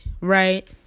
right